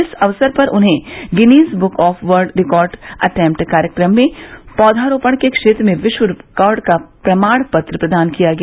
इस अवसर पर उन्हें Guinness book of world record attempt कार्यक्रम में पौधा रोपण के क्षेत्र में विश्व रिकार्ड का प्रमाण पत्र प्रदान किया गया